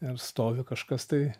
ir stovi kažkas tai